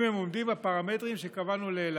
אם הם עומדים בפרמטרים שקבענו לאילת.